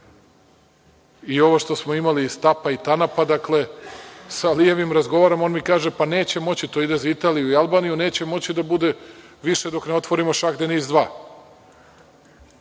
više. Ovo što smo imali iz Tapa i Tanapa, dakle sa Alijevim razgovaram, on mi kaže - pa neće moći, to ide za Italiju i Albaniju, neće moći da bude više dok ne otvorimo Šah Deniz